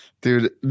Dude